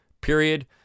Period